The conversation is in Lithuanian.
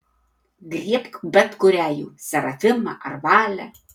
griebk bet kurią jų serafimą ar valę